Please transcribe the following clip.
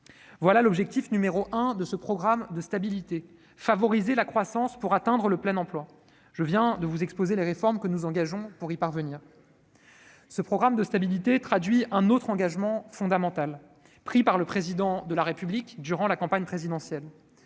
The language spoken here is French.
est l'objectif numéro un de ce programme de stabilité : favoriser la croissance pour atteindre le plein emploi. Je viens d'exposer les réformes que nous engageons pour y parvenir. Ce programme de stabilité traduit un autre engagement fondamental pris par le Président de la République durant la campagne présidentielle